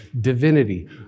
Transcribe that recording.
divinity